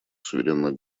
суверенных